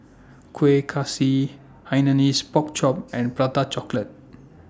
Kueh Kaswi Hainanese Pork Chop and Prata Chocolate